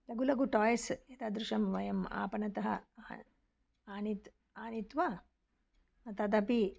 लघु लघु टाय्स् एतादृशं वयम् आपणात् आन् आनीत् आनीय तदपि